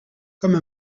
comme